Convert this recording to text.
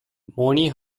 moni